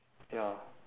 ya